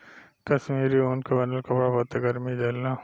कश्मीरी ऊन के बनल कपड़ा बहुते गरमि देला